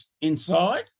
inside